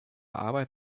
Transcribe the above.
arbeit